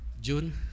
June